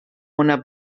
una